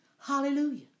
Hallelujah